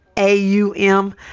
A-U-M